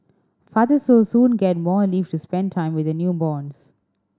fathers will soon get more leave to spend time with their newborns